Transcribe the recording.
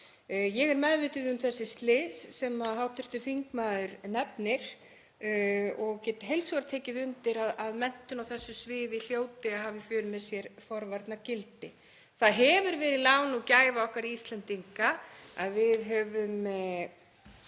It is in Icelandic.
Ég er meðvituð um þessi slys sem hv. þingmaður nefnir og get heils hugar tekið undir að menntun á þessu sviði hljóti að hafa í för með sér forvarnagildi. Það hefur verið lán og gæfa okkar Íslendinga að náttúran